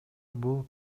бул